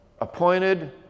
appointed